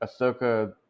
Ahsoka